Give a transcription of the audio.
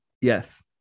Yes